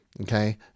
Okay